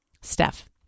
Steph